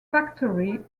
factory